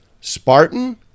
Spartan